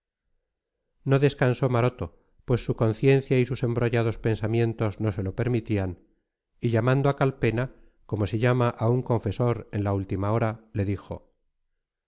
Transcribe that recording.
no descansó maroto pues su conciencia y sus embrollados pensamientos no se lo permitían y llamando a calpena como se llama a un confesor en la última hora le dijo